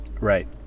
right